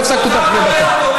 לא הפסקתי אותך לדקה.